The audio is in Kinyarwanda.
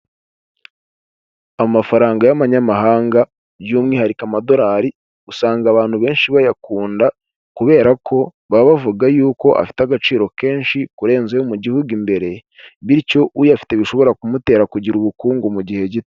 Amafaranga y'amanyamahanga by'umwihariko amadolari, usanga abantu benshi bayakunda kubera ko baba bavuga yuko afite agaciro kenshi kurenza ayo mu gihugu imbere, bityo uyafite bishobora kumutera kugira ubukungu mu gihe gito.